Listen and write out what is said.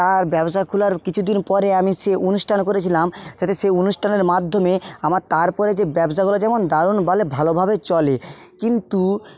তার ব্যবসা খোলার কিছু দিন পরে আমি সেই অনুষ্ঠান করেছিলাম যাতে সেই অনুষ্ঠানের মাধ্যমে আমার তারপরে যে ব্যবসা করা যেমন দারুণ বলে ভালোভাবে চলে কিন্তু